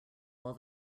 while